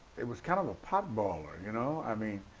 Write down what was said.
it was kind of a potboiler, you know, i mean.